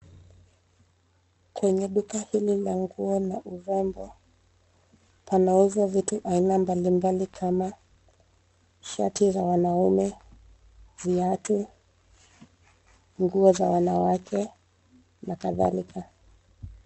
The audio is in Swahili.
Kwenye duka hili la nguo na urembo, panauzwa vitu vya aina mbali mbali kama shati za wanaume, viatu, nguo za wanawake, na kadhalika.